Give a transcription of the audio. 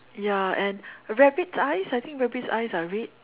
ya and rabbit's eyes I think rabbit's eyes are red